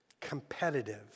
competitive